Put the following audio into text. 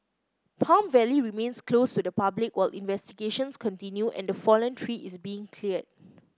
Palm Valley remains closed to the public while investigations continue and the fallen tree is being cleared